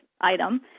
item